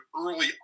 early